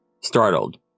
Startled